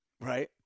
Right